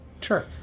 Sure